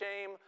shame